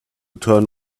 turn